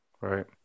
Right